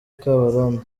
kabarondo